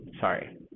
sorry